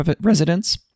residence